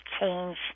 change